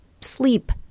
sleep